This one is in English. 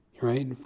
Right